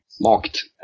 mocked